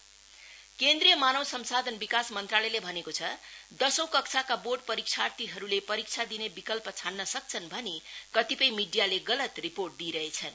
CBSE minister केन्द्रीय मानव संसाधन विकाश मंत्रालयले भनेको छ दशौं कक्षाका बोर्ड परिक्षार्थीहरुले परीक्षा दिने विकल्प छान्नसक्छन् भनी कतिपय मिडियाले गलत रिपोर्ट दिइरहेछन्